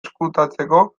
ezkutatzeko